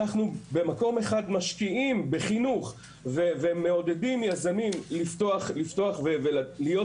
אנחנו במקם אחד משקיעים בחינוך ומעודדים יזמים לפתוח ולהיות